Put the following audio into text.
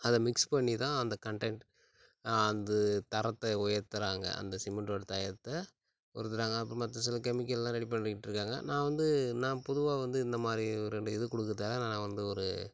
அதை மிக்ஸ் பண்ணி தான் அந்த கன்டெண்ட் அது தரத்தை உயர்த்துறாங்க அந்த சிமெண்டோட தரத்தை உருத்துறாங்க அப்புறம் மற்ற சில கெமிக்கல்லாம் ரெடி பண்ணிட்டுருக்காங்க நான் வந்து நான் பொதுவாக வந்து இந்த மாதிரி ரெண்டு இது கொடுக்கறதுக்காக நான் வந்து ஒரு